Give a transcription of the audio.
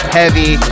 heavy